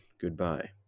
goodbye